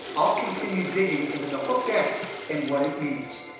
i'll continue digging into the hooked x and what it means.